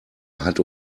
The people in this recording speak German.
hat